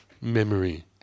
memory